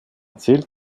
zählt